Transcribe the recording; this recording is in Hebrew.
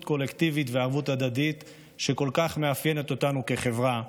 קולקטיבית וערבות הדדית שכל כך מאפיינות אותנו כחברה.